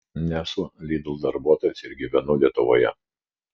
nesu lidl darbuotojas ir gyvenu lietuvoje